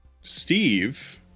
Steve